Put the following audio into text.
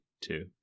two